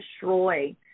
destroy